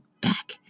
back